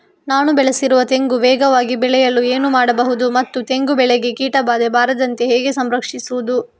ನಾನು ಬೆಳೆಸಿರುವ ತೆಂಗು ವೇಗವಾಗಿ ಬೆಳೆಯಲು ಏನು ಮಾಡಬಹುದು ಮತ್ತು ತೆಂಗು ಬೆಳೆಗೆ ಕೀಟಬಾಧೆ ಬಾರದಂತೆ ಹೇಗೆ ಸಂರಕ್ಷಿಸುವುದು?